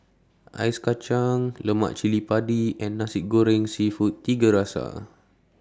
Ice Kachang Lemak Cili Padi and Nasi Goreng Seafood Tiga Rasa